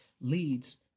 leads